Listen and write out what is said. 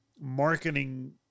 marketing